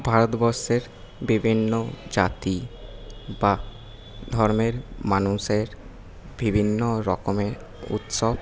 ভারতবর্ষের বিভিন্ন জাতি বা ধর্মের মানুষের বিভিন্নরকমের উৎসব